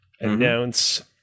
announce